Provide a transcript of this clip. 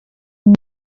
بازی